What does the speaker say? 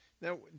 Now